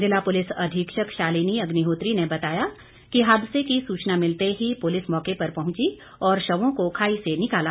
ज़िला पुलिस अधीक्षक शालिनी अग्निहोत्री ने बताया कि हादसे की सूचना मिलते ही पुलिस मौके पर पहुंची और शवों को खाई से निकाला